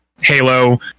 Halo